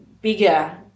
bigger